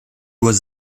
was